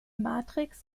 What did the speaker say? matrix